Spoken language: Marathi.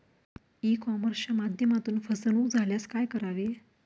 ई कॉमर्सच्या माध्यमातून फसवणूक झाल्यास काय करावे?